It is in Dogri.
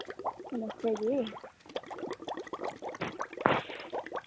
नमस्ते जी